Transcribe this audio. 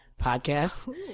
podcast